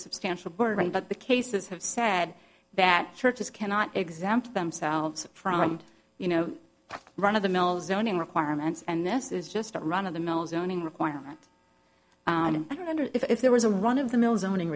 substantial burden but the cases have said that churches cannot exempt themselves from you know run of the mill zoning requirements and this is just run of the mill zoning requirement and i wonder if there was a run of the mill zoning